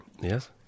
Yes